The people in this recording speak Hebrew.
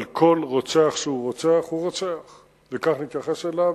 אבל כל רוצח הוא רוצח הוא רוצח וכך נתייחס אליו,